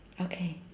okay